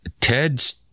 Ted's